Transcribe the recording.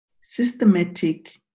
systematic